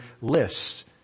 lists